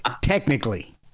technically